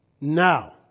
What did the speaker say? now